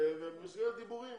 ובמסגרת דיבורים